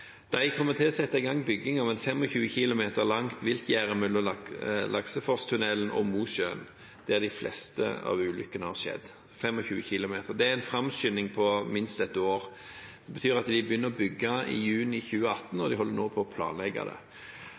De kommer til å sette i gang bygging av et 25 km langt viltgjerde mellom Lakseforstunnelen og Mosjøen, der de fleste av ulykkene har skjedd. Det er en framskynding på minst et år. Det betyr at de begynner å bygge i juni 2018, og de holder nå på å planlegge det. En kunne ha ønsket å komme i gang enda tidligere, men det